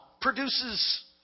Produces